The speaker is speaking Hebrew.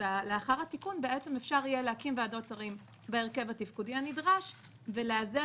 לאחר התיקון אפשר יהיה להקים ועדות שרים בהרכב התפקודי הנדרש ולאזן